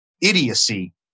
idiocy